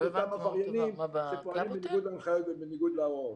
אותם עבריינים שפועלים בניגוד להנחיות ולהוראות.